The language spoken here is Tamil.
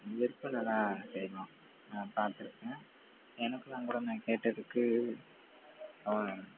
இதுவரைக்கும் நல்லா செய்வான் நான் பார்த்துருக்கேன் எனக்கெல்லாம் கூட நான் கேட்டதுக்கு அவன்